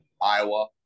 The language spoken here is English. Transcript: Iowa